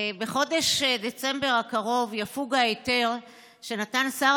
בחודש דצמבר הקרוב יפוג ההיתר שנתן שר